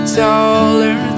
taller